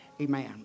Amen